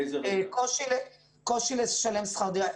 קושי לשלם שכר דירה.